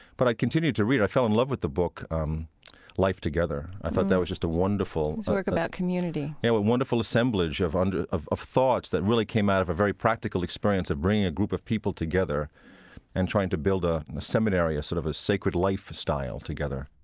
but i continued to read. i fell in love with the book um life together. i thought that was just a work about community yeah, what a wonderful assemblage of and of thoughts that really came out of a very practical experience of bringing a group of people together and trying to build a seminary, a sort of a sacred lifestyle together